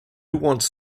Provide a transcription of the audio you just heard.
wants